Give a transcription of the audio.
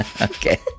Okay